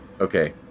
okay